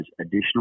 additional